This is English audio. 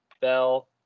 Bell